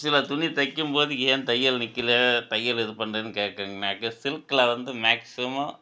சில துணி தைக்கும் போது ஏன் தையல் நிற்கில தையல் இது பண்ணுறேன்னு கேட்கறீங்கன்னாக்கா சில்கில் வந்து மேக்ஸிமோம்